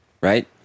right